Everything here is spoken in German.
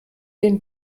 den